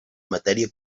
matèria